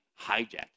hijack